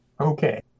Okay